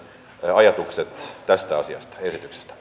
ajatukset tästä esityksestä